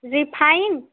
refine